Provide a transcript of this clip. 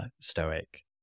Stoic